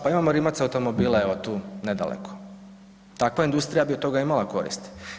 Pa imamo Rimac automobile, evo tu nedaleko, takva industrija bi od toga imala koristi.